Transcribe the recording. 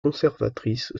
conservatrice